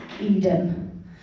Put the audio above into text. Eden